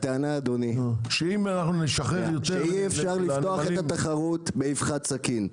הטענה, שאי אפשר לפתוח את התחרות באבחת סכין.